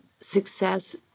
success